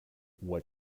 what